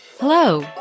Hello